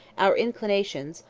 our inclinations,